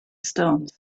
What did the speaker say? stones